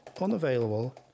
unavailable